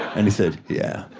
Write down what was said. and he said, yeah.